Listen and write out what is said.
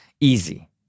easy